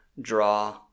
draw